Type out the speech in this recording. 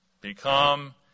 Become